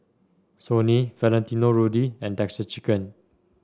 Sony Valentino Rudy and Texas Chicken